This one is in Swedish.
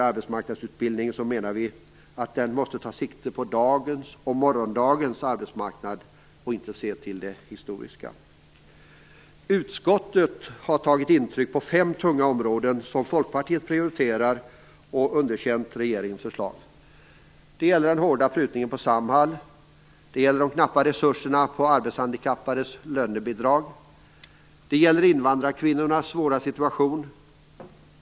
Arbetsmarknadsutbildningen menar vi måste ta sikte på dagens och morgondagens arbetsmarknad och inte utgå från det historiska. Utskottet har på fem tunga områden tagit intryck av det som Folkpartiet prioriterar och där vi underkänt regeringens förslag: Det gäller den hårda prutningen på Samhall. Det gäller de knappa resurserna på arbetshandikappades lönebidrag. Det gäller invandrarkvinnornas svåra situation.